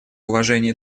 уважения